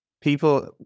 People